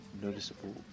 noticeable